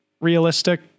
realistic